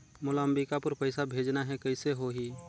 मोला अम्बिकापुर पइसा भेजना है, कइसे होही?